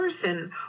person